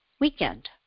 weekend